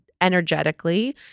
energetically